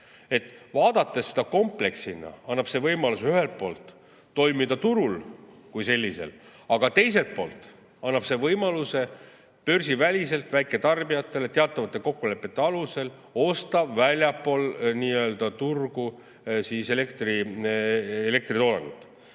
Vaadates seda kompleksina, annab see võimaluse ühelt poolt toimida turul kui sellisel, aga teiselt poolt annab see võimaluse börsiväliselt väiketarbijatele teatavate kokkulepete alusel osta väljaspool turgu elektritoodangut.